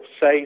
say